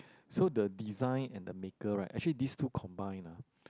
so the design and the maker right actually this two combine ah